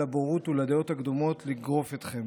לבורות ולדעות הקדומות לגרוף אתכם.